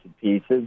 pieces